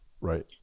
Right